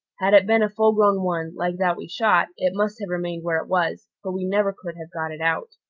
had it been a full-grown one, like that we shot, it must have remained where it was, for we never could have got it out.